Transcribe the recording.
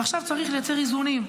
עכשיו צריך לייצר איזונים.